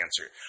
answer